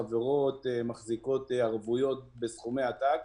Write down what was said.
החברות מחזיקות ערבויות בסכומי עתק